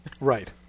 Right